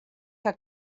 que